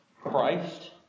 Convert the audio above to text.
Christ